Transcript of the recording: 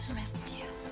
missed you.